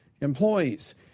employees